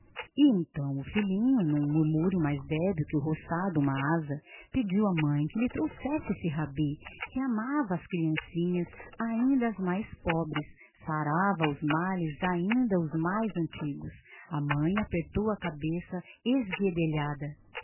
então o filhinho num murmúrio mais débil que o roçar de uma asa pediu à mãe que lhe trouxesse esse rabi que amava as criancinhas ainda as mais pobres sarava os males ainda os mais antigos a mãe apertou a cabeça esguedelhada